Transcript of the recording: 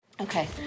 Okay